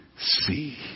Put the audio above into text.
see